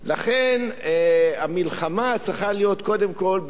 לכן המלחמה צריכה להיות קודם כול באלה,